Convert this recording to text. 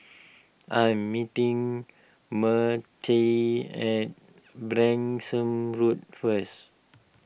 I'm meeting Mertie at Branksome Road first